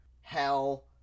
hell